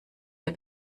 der